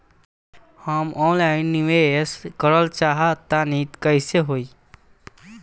हम ऑफलाइन निवेस करलऽ चाह तनि कइसे होई?